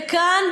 וכאן,